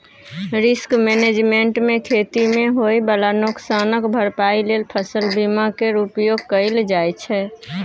risk management मे खेती मे होइ बला नोकसानक भरपाइ लेल फसल बीमा केर उपयोग कएल जाइ छै